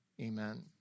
Amen